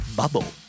bubble